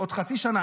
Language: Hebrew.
בעוד חצי שנה,